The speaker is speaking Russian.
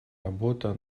работа